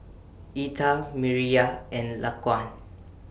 Etha Mireya and Laquan